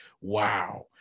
wow